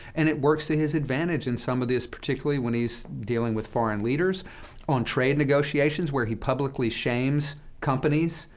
and it works to his advantage in some of this, particularly when he's dealing with foreign leaders on trade negotiations, where he publicly shames companies.